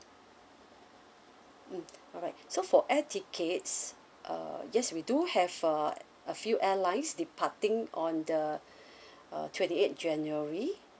mm alright so for air tickets uh yes we do have uh a few airlines departing on the uh twenty eighth january